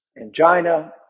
angina